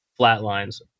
flatlines